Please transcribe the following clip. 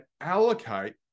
allocate